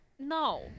No